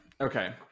okay